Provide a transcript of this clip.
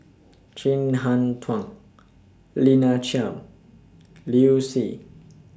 Chin Harn Tong Lina Chiam Liu Si